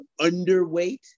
underweight